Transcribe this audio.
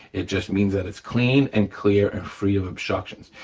it just means that it's clean, and clear, and free of obstructions.